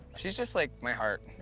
she's just, like, my heart.